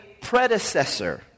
predecessor